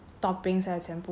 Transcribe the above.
toppings 还有全部